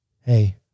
hey